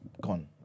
gone